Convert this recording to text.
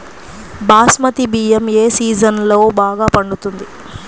బాస్మతి బియ్యం ఏ సీజన్లో బాగా పండుతుంది?